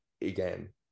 again